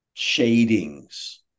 shadings